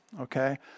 Okay